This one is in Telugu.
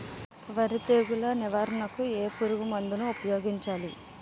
వరి తెగుల నివారణకు ఏ పురుగు మందు ను ఊపాయోగించలి?